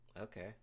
Okay